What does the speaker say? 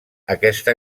aquesta